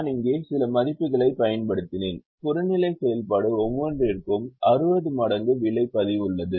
நான் இங்கே சில மதிப்புகளைப் பயன்படுத்தினேன் புறநிலை செயல்பாடு ஒவ்வொன்றிற்கும் 60 மடங்கு விலை பதிவுள்ளது